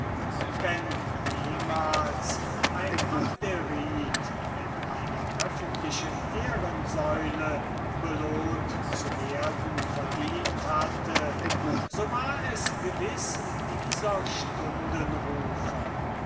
wenn jemals ein abderit mit einer öffentlichen ehrensäule belohnt zu werden verdient hatte so war es gewiß dieser